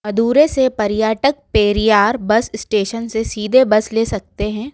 मदुरै से पर्यटक Periyar bus station से सीधे बस ले सकते हैं